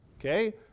Okay